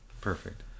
Perfect